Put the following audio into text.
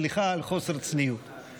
סליחה על חוסר הצניעות,